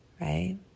right